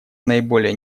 наиболее